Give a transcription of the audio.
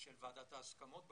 של ועדת ההסכמות בכנסת,